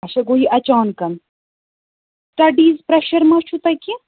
اچھا گوٚو یہِ اچانٛک سٹڈیٖز پرٛیشر ما چھُ تۄہہِ کیٚنٛہہ